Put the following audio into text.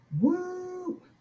Woo